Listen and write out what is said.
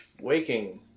waking